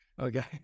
Okay